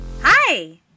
Hi